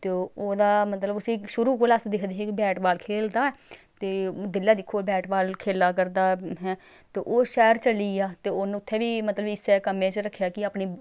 ते ओह्दा मतलब उसी शुरू कोला अस दिखदे हे कि बैट बॉल खेलदा ऐ ते जेल्लै दिक्खो बैट बॉल खेला करदा ते ओह् शैह्र चली गेआ ते उन्नै उत्थै बी मतलब इस्सै कम्मै च रक्खेआ कि अपनी